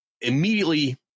immediately